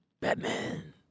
Batman